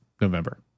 November